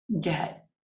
get